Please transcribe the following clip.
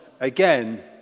Again